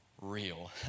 real